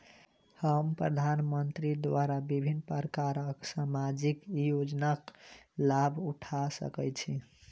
हम प्रधानमंत्री द्वारा विभिन्न प्रकारक सामाजिक योजनाक लाभ उठा सकै छी?